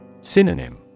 Synonym